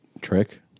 trick